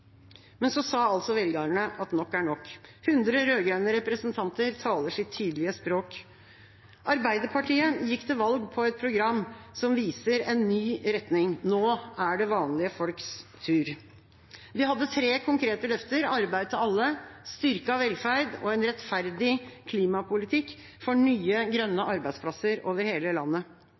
Men så sa altså velgerne at nok er nok. 100 rød-grønne representanter taler sitt tydelige språk. Arbeiderpartiet gikk til valg på et program som viser en ny retning: Nå er det vanlige folks tur. Vi hadde tre konkrete løfter: arbeid til alle, styrket velferd og en rettferdig klimapolitikk for nye, grønne arbeidsplasser over hele landet.